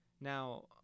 Now